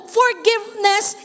forgiveness